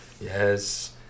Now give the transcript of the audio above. Yes